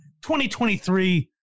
2023